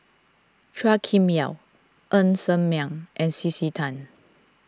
Chua Kim Yeow Ng Ser Miang and C C Tan